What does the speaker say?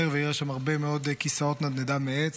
ויראה שם הרבה מאוד כיסאות נדנדה מעץ,